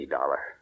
Dollar